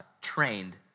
trained